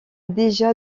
déjà